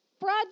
Broad